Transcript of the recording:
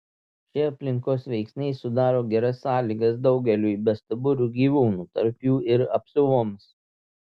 šie aplinkos veiksniai sudaro geras sąlygas daugeliui bestuburių gyvūnų tarp jų ir apsiuvoms